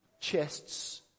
chests